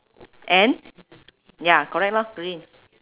and ya correct lor green